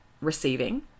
receiving